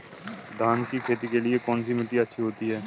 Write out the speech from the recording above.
धान की खेती के लिए कौनसी मिट्टी अच्छी होती है?